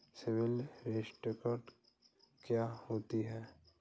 CIBIL score क्या होता है?